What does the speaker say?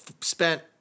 spent